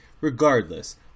Regardless